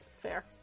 Fair